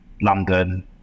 London